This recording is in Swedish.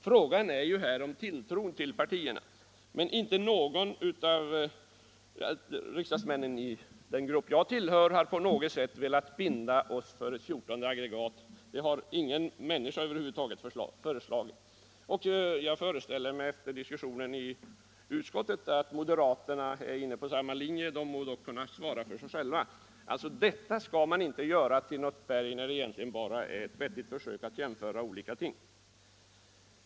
Frågan är vilken tilltro man har till partierna. Men ingen riksdagsman i den grupp som jag tillhör har på något sätt velat binda sig för ett fjortonde aggregat. Det har ingen föreslagit. Efter diskussionerna i utskottet föreställer jag mig att moderaterna är inne på samma linje. De må dock kunna svara för sig själva. Detta skall inte göras till något berg, när det bara är ett försök att jämföra olika ting.